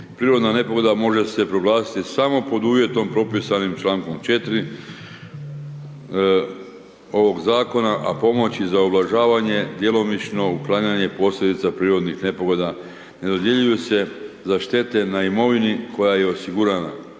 prirodna nepogoda može se proglasiti samo pod uvjetom propisanim čl. 4. ovog Zakona, a pomoći za ublažavanje i djelomično uklanjanje posljedica prirodnih nepogoda ne dodjeljuju se za štete na imovini koja je osigurana.